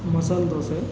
masala dosa